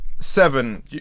Seven